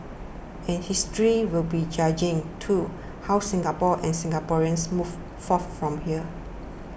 and history will be judging too how Singapore and Singaporeans move forth from here